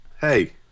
hey